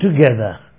together